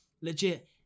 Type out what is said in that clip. Legit